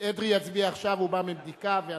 הוא בא מבדיקה.